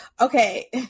Okay